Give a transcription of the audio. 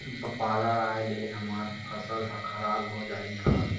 बादर आय ले हमर फसल ह खराब हो जाहि का?